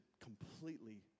completely